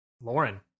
Lauren